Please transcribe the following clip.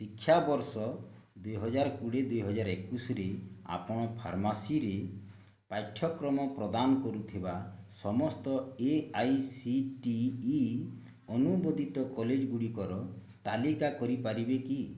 ଶିକ୍ଷାବର୍ଷ ଦୁଇହଜାର କୋଡ଼ିଏ ଦୁଇହଜାର ଏକୋଇଶିରେ ଆପଣ ଫାର୍ମାସିରେ ପାଠ୍ୟକ୍ରମ ପ୍ରଦାନ କରୁଥିବା ସମସ୍ତ A I C T E ଅନୁମୋଦିତ କଲେଜଗୁଡ଼ିକର ତାଲିକା କରିପାରିବେ କି